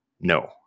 no